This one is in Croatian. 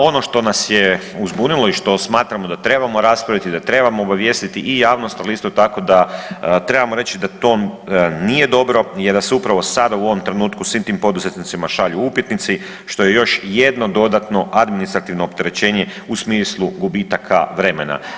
Ono što nas je uzbunilo i što smatramo da trebamo raspraviti, da trebamo obavijestiti i javnost, ali isto tako da trebamo reći da to nije dobro jer da se upravo sada u ovom trenutku svim tim poduzetnicima šalju upitnici što je još jedno dodatno administrativno opterećenje u smislu gubitaka vremena.